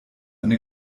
eine